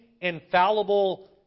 infallible